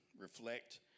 Reflect